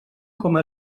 coma